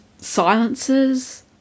silences